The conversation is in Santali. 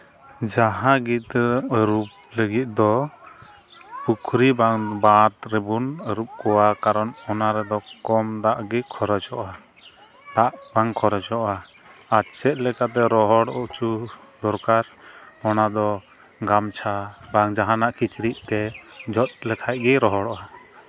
ᱡᱟᱦᱟᱸ ᱜᱮᱸᱫᱟᱜ ᱟᱹᱨᱩᱵ ᱞᱟᱹᱜᱤᱫ ᱫᱚ ᱯᱩᱠᱷᱨᱤ ᱵᱟᱝ ᱵᱟᱸᱫᱷ ᱨᱮᱵᱚᱱ ᱟᱹᱨᱩᱵ ᱠᱚᱣᱟ ᱠᱟᱨᱚᱱ ᱚᱱᱟ ᱨᱮᱫᱚ ᱠᱚᱢ ᱫᱟᱜ ᱜᱮ ᱠᱷᱚᱨᱚᱪᱚᱜᱼᱟ ᱫᱟᱜ ᱵᱟᱝ ᱠᱷᱚᱨᱚᱪᱚᱜᱼᱟ ᱟᱨ ᱪᱮᱫ ᱞᱮᱠᱟᱛᱮ ᱨᱚᱦᱚᱲ ᱦᱚᱪᱚ ᱫᱚᱨᱠᱟᱨ ᱚᱱᱟ ᱫᱚ ᱜᱟᱢᱪᱷᱟ ᱵᱟᱝ ᱡᱟᱦᱟᱱᱟᱜ ᱠᱤᱪᱨᱤᱡ ᱛᱮ ᱡᱚᱛ ᱞᱮᱠᱷᱟᱱ ᱜᱮ ᱨᱚᱦᱚᱲᱚᱜᱼᱟ